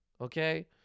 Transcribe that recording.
okay